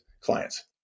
clients